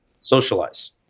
socialize